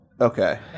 Okay